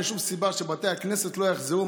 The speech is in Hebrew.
אין שום סיבה שבתי הכנסת לא יחזרו.